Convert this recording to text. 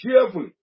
cheerfully